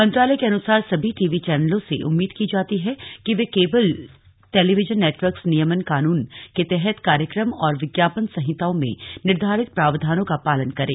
मंत्रालय के अनुसार सभी टी वी चैनलों से उम्मीद की जाती है कि वे केबल टेलीविजन नेटर्वक्स नियमन कानून के तहत कार्यक्रम और विज्ञापन संहिताओं में निर्धारित प्रावधानों का पालन करें